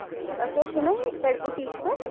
تۄہہِ چھِو نا ییٚتہِ پٮ۪ٹھ بُٹیٖک پٮ۪ٹھ